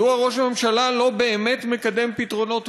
מדוע ראש הממשלה לא באמת מקדם פתרונות